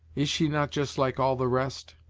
is she not just like all the rest?